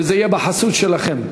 וזה יהיה בחסות שלכם.